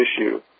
issue